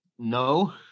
No